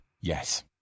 Yes